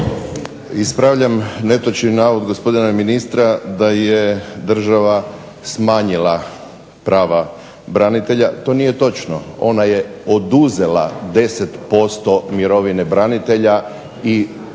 Ispravljam netočni navod gospodina ministra da je država smanjila prava branitelja. To nije točno. Ona je oduzela 10% mirovine branitelja i